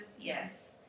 yes